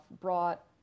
brought